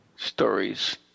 Stories